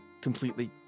completely